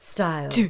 Style